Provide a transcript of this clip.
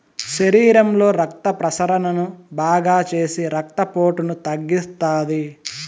శరీరంలో రక్త ప్రసరణను బాగాచేసి రక్తపోటును తగ్గిత్తాది